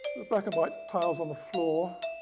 black and white tiles on the floor,